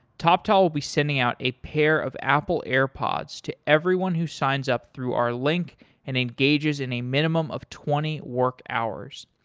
toptal will be sending out a pair of apple airpods to everyone who signs up through our link and engages in a minimum of twenty work hours.